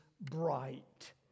bright